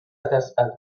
تسأل